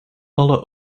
alle